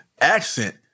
accent